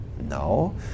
no